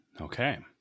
Okay